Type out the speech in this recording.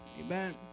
Amen